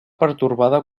pertorbada